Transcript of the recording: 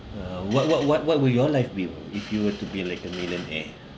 uh what what what what will you all like to be if you were to be like a millionaire